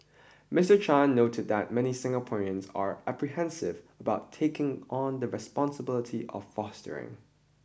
Mister Chan noted that many Singaporeans are apprehensive about taking on the responsibility of fostering